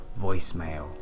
voicemail